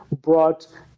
brought